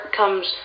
comes